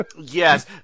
Yes